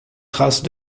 traces